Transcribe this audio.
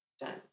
done